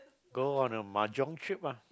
go on a mahjong trip ah